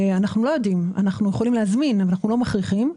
אנחנו יכולים להזמין אבל אנחנו לא מכריחים.